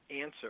answer